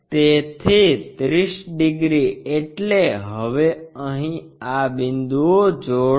તેથી 30 ડિગ્રી એટલે હવે અહીં આ બિંદુઓ જોડો